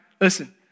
listen